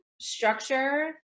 structure